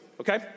okay